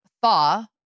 thaw